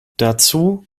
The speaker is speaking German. dazu